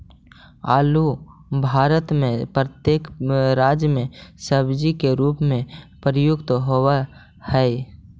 आलू भारत में प्रत्येक राज्य में सब्जी के रूप में प्रयुक्त होवअ हई